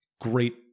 great